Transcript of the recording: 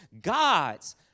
God's